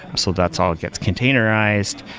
so that's all it gets containerized.